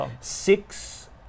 six